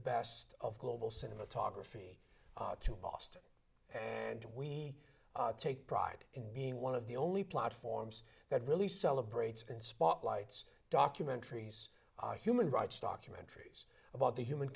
best of global cinematography to boston and we take pride in being one of the only platforms that really celebrates and spotlights documentaries human rights documentaries about the human